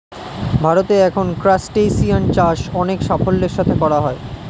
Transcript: ভারতে এখন ক্রাসটেসিয়ান চাষ অনেক সাফল্যের সাথে করা হয়